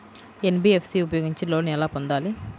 NBFC ఉపయోగించి loan ఎలా పొందాలి?